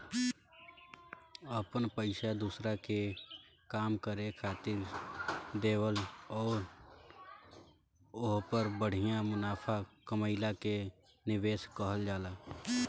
अपन पइसा दोसरा के काम करे खातिर देवल अउर ओहपर बढ़िया मुनाफा कमएला के निवेस कहल जाला